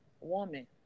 woman